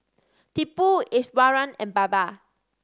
Tipu Iswaran and Baba